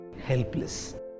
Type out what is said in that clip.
helpless